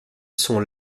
sont